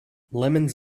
lemons